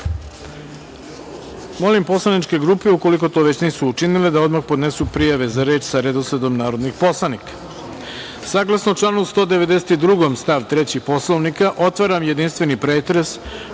redu. Molim poslaničke grupe, ukoliko to već nisu učinile, da odmah podnesu prijave za reč sa redosledom narodnih poslanika. Saglasno članu 192. stav 3. Poslovnika, otvaram jedinstveni pretres